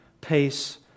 pace